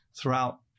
throughout